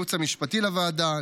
לייעוץ המשפטי לוועדה,